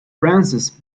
francis